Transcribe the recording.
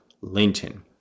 Linton